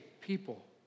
people